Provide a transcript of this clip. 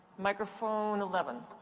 microphone eleven.